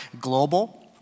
global